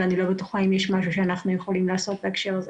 אבל אני לא בטוחה אם יש משהו שאנחנו יכולים לעשות בהקשר הזה.